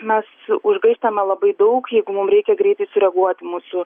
mes užgaištame labai daug jeigu mum reikia greitai sureaguoti mūsų